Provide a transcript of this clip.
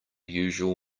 usual